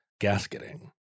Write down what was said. gasketing